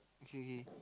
okay okay